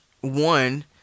one